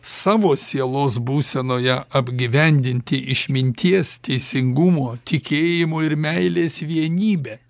savo sielos būsenoje apgyvendinti išminties teisingumo tikėjimo ir meilės vienybę